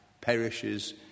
perishes